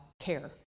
care